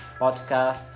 podcast